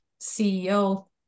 CEO